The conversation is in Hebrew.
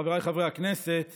חבריי חברי הכנסת,